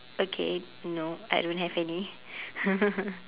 okay no I don't have any